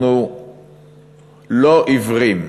אנחנו לא עיוורים.